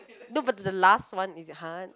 no but the last one is it !huh!